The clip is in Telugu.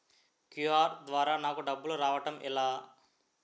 క్యు.ఆర్ ద్వారా నాకు డబ్బులు రావడం ఎలా?